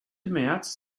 märz